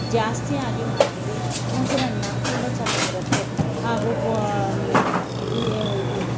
ಜಾಸ್ತಿಯಾಗಿ ಮಾಡ್ತೀವಿ ಮೊಸರನ್ನ ತುಂಬ ಚೆನ್ನಾಗಿರುತ್ತೆ ಹಾಗೂ ಪೊ ಬಿ ಇದು